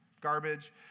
garbage